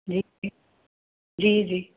जी जी जी